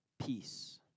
peace